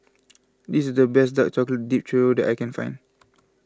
this is the best Dark Chocolate Dipped Churro that I can find